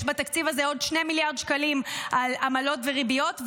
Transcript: יש בתקציב הזה עוד 2 מיליארד שקלים על עמלות וריביות,